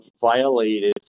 violated